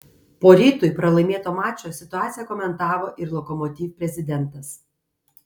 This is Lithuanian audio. po rytui pralaimėto mačo situaciją komentavo ir lokomotiv prezidentas